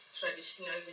traditional